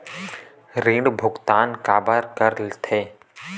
ऋण भुक्तान काबर कर थे?